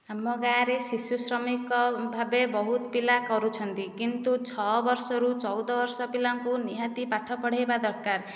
ଆମ ଗାଁରେ ଶିଶୁ ଶ୍ରମିକ ଭାବେ ବହୁତ ପିଲା କରୁଛନ୍ତି କିନ୍ତୁ ଛଅ ବର୍ଷରୁ ଚଉଦ ବର୍ଷ ପିଲାକୁ ନିହାତି ପାଠ ପଢ଼େଇବା ଦରକାର